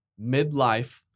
Midlife